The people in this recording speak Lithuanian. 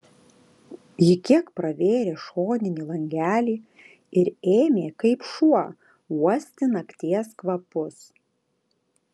ji kiek pravėrė šoninį langelį ir ėmė kaip šuo uosti nakties kvapus